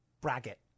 bracket